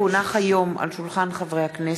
כי הונח היום על שולחן הכנסת,